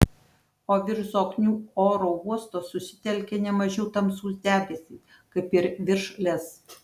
o virš zoknių oro uosto susitelkė ne mažiau tamsūs debesys kaip ir virš lez